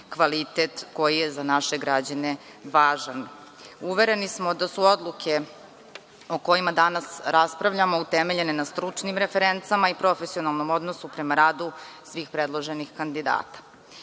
kvalitet koji je za naše građane važan. Uvereni smo da su odluke o kojima danas raspravljamo utemeljena na stručnim referencama i profesionalnom odnosu prema radu svih predloženih kandidata. Verujemo